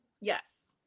Yes